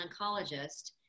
oncologist